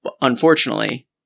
Unfortunately